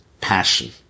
passion